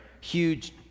huge